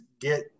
get